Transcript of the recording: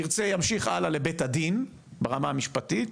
ירצה ימשיך הלאה לבית הדין, ברמה המשפטית,